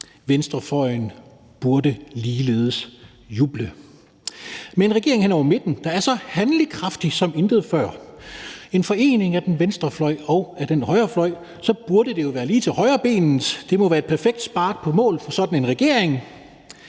Venstrefløjen burde ligeledes juble. Med en regering hen over midten, der er så handlekraftig som intet før, og en forening af venstrefløjen og højrefløjen burde det jo være lige til højrebenet; det må være et perfekt spark på mål for sådan en regering.